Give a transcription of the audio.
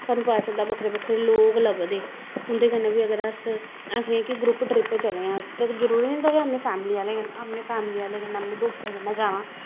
सानूं पता चलदा बक्खरे बक्खरे लोग लभदे उं'दे कन्नै बी अगर अस आखने कि ग्रुप ट्रिप चले आं अस ते जरूरी निं होंदा कि अपनी फैमली आह्लें कन्नै अपनी फैमली आह्लें कन्नै अपने दोस्तें कन्नै जाना